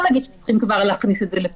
להגיד שצריכים כבר להכניס את זה לביצוע.